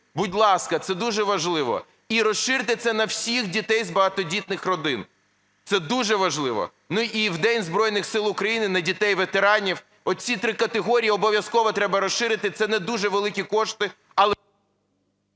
будь ласка, це дуже важливо. І розширте це на всіх дітей з багатодітних родин, це дуже важливо. І в День Збройних Сил України на дітей ветеранів. Оці три категорії обов'язково треба розширити, це не дуже великі кошти...